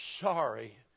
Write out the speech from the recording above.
sorry